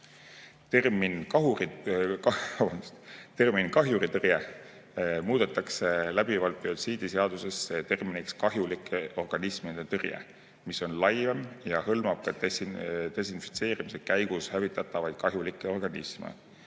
"kahjuritõrje" muudetakse biotsiidiseaduses läbivalt terminiks "kahjulike organismide tõrje", mis on laiem ja hõlmab ka desinfitseerimise käigus hävitatavaid kahjulikke organisme.